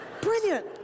brilliant